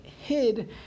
hid